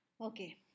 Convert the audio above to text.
Okay